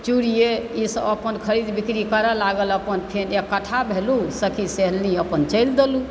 चूड़िए ईसभ अपन खरीद बिक्री करय लागल अपन फेर इकठ्ठा भेलहुँ सखी सहेली अपन फेर चलि देलहुँ